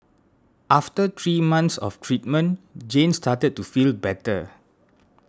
after three months of treatment Jane started to feel better